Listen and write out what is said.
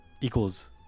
equals